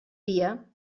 dia